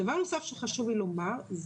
דבר נוסף שחשוב לי לומר,